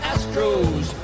Astros